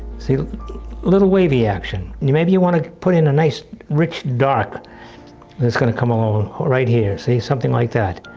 see a little wavy action. and maybe you want ah put in a nice rich dark that's going to come along right here, see something like that.